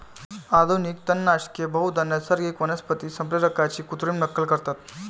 आधुनिक तणनाशके बहुधा नैसर्गिक वनस्पती संप्रेरकांची कृत्रिम नक्कल करतात